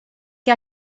que